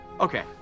Okay